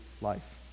life